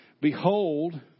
Behold